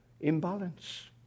imbalance